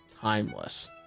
timeless